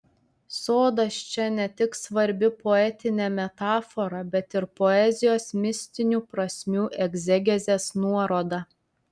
sodas čia ne tik svarbi poetinė metafora bet ir poezijos mistinių prasmių egzegezės nuoroda